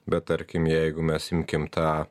bet tarkim jeigu mes imkim tą